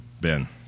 Ben